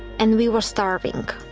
and we were starving.